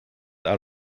out